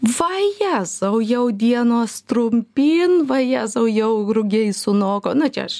vajezau jau dienos trumpyn vajezau jau rugiai sunoko na čia aš